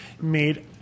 made